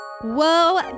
whoa